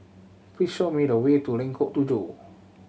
please show me the way to Lengkok Tujoh